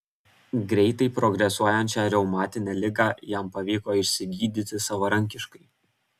greitai progresuojančią reumatinę ligą jam pavyko išsigydyti savarankiškai